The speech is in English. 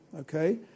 okay